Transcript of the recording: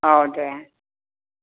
अ दे